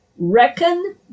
Reckon